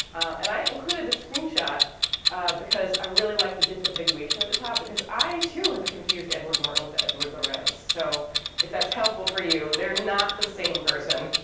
and i included this screenshot because i really liked the disambiguation at the top, because i, too, have confused edward norton with edward lorenz. so if that's helpful for you, they're not the same person.